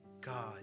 God